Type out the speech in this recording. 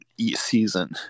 season